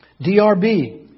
DRB